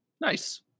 nice